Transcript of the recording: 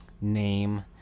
name